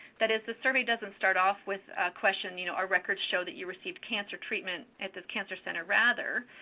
that is, the survey doesn't start off with a question, you know, our records show that you received cancer treatment at this cancer center. rather,